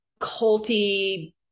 culty